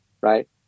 right